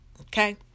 Okay